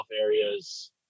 areas